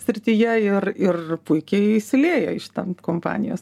srityje ir ir puikiai įsilieja į šitą kompanijos